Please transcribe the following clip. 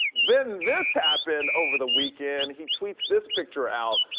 then this happened over the weekend. he tweets this picture out